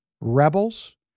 rebels